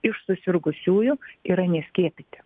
iš susirgusiųjų yra neskiepyti